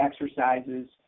exercises